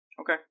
Okay